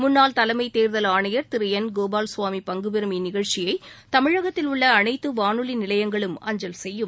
முன்னாள் தலைமைத் தேர்தல் ஆணையர் திருஎன் கோபால்கவாமி பங்குபெறும் இந்நிகழ்ச்சியை தமிழகத்தில் உள்ளஅனைத்துவானொலிநிலையங்களும் அஞ்சல் செய்யும்